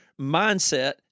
mindset